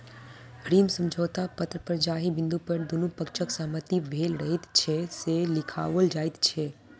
ऋण समझौता पत्र पर जाहि बिन्दु पर दुनू पक्षक सहमति भेल रहैत छै, से लिखाओल जाइत छै